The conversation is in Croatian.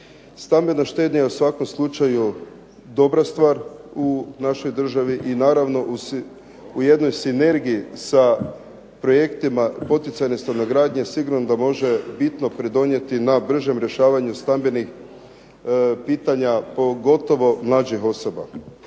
Stambena štednja je u svakom slučaju dobra stvar u našoj državi i naravno u jednoj sinergiji sa projektima poticajne stanogradnje sigurno da može bitno pridonijeti na bržem rješavanju stambenih pitanja pogotovo mlađih osoba.